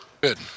Good